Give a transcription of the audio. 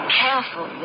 careful